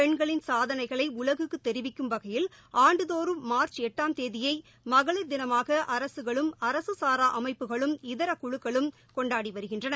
பெண்களின் சாதனைகளை உலகுக்கு தெரிவிக்கும் வகையில் ஆண்டுதோறும் மார்ச் எட்டாம் தேதியை மகளிர் தினமாக அரக்களும் அரக சாரா அமைப்புகளும் இதரக் குழுக்களும் கொண்டாடி வருகின்றன